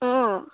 অঁ